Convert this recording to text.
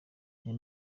ayo